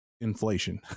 inflation